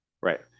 right